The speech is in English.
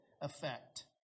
effect